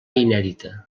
inèdita